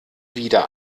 wieder